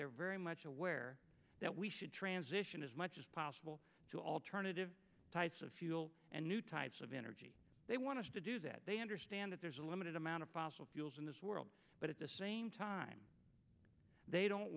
they're very much aware that we should transition as much as possible to alternative types of fuel and new types of energy they want to do that they understand that there's a limited amount of fossil fuels in this world but at the same time they don't